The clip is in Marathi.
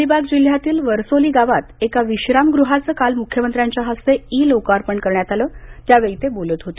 अलिबाग जिल्ह्यातील वर्सोली गावात एका विश्राम गृहाचं काल मुख्यमंत्र्यांच्या हस्ते ई लोकार्पण करण्यात आलं त्यावेळी ते बोलत होते